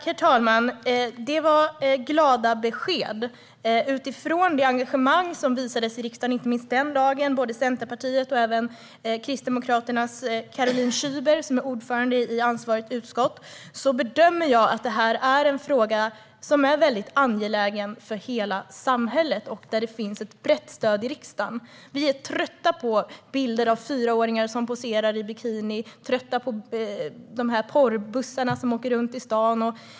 Herr talman! Det var glada besked. Utifrån det engagemang som visades i riksdagen, inte minst den dagen, från Centerpartiet och Kristdemokraternas Caroline Szyber - ordförande i ansvarigt utskott - bedömer jag att detta är en fråga som är angelägen för hela samhället och där det finns ett brett stöd i riksdagen. Vi är trötta på bilder av fyraåringar som poserar i bikini och på porrbussarna som åker runt i staden.